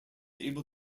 able